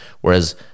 Whereas